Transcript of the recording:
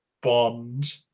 Bond